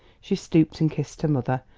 she stooped and kissed her mother,